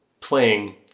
playing